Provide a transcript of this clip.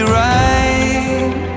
right